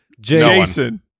Jason